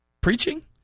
preaching